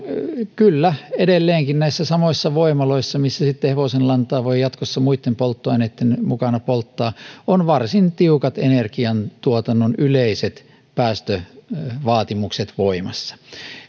kyllä edelleenkin näissä samoissa voimaloissa missä sitten hevosenlantaa voi jatkossa muitten polttoaineitten mukana polttaa on varsin tiukat energiantuotannon yleiset päästövaatimukset voimassa